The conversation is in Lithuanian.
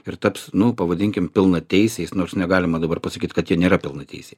ir taps nu pavadinkime pilnateisiais nors negalima dabar pasakyt kad jie nėra pilnateisiai